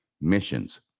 missions